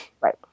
Right